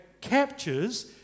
captures